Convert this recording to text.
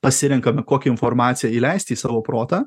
pasirenkame kokią informaciją įleisti į savo protą